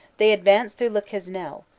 they advanced through le quesnel,